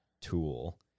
tool